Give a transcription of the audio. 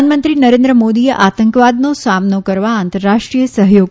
પ્રધાનમંત્રી નરેન્દ્ર મોદીએ આતંકવાદનો સામનો કરવા આંતરરાષ્ટ્રીય સહયોગ